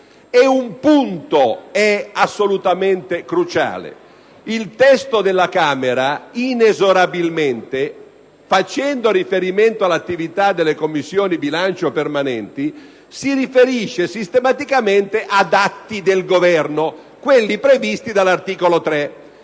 E un punto è assolutamente cruciale: il testo della Camera, inesorabilmente, richiamandosi all'attività delle Commissioni bilancio permanenti, si riferisce sistematicamente ad atti del Governo, quelli previsti dall'articolo 3.